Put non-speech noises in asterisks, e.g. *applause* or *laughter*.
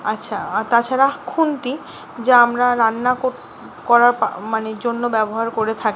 আচ্ছা আর তাছাড়া খুন্তি যা আমরা রান্না করার *unintelligible* মানে জন্য ব্যবহার করে থাকি